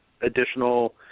additional